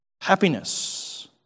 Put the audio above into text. happiness